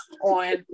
on